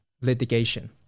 litigation